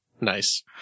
Nice